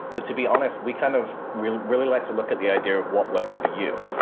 but to be honest, we kind of really really like to look at the idea of what works for you.